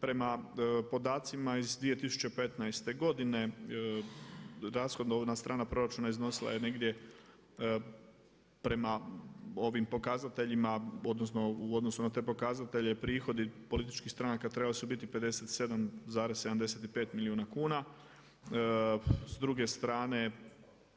Prema podacima iz 2015. godine rashodovna strana proračuna iznosila je negdje prema ovim pokazateljima odnosno u odnosu na te pokazatelje prihodi političkih stranaka trebali su biti 57,75 milijuna kuna, s druge strane